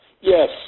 yes